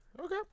Okay